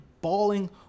bawling